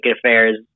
affairs